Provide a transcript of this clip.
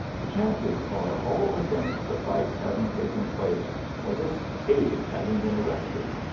the chances are all against the fight's having taken place or this hade's having been arrested.